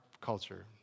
culture